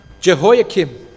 Jehoiakim